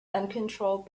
uncontrolled